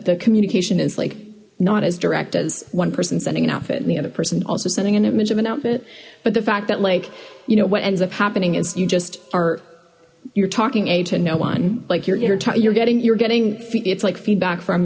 the communication is like not as direct as one person sending an outfit and the other person also sending an image of an outfit but the fact that like you know what ends up happening is you just are you're talking a to no one like you're tight you're getting you're getting it's like feedback from